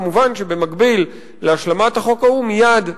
מובן שבמקביל להשלמת החוק ההוא מייד הגשתי,